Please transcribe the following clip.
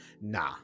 nah